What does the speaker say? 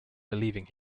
believing